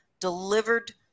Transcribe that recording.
delivered